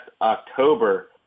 October